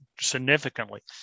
significantly